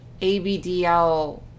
ABDL